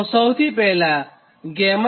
તો સૌથી પહેલા 𝛾lYZ